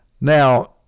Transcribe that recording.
Now